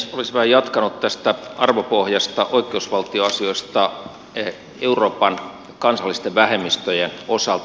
olisin vain jatkanut tästä arvopohjasta oikeusvaltioasioista euroopan kansallisten vähemmistöjen osalta